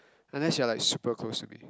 unless you are like super close to me